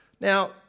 Now